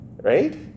right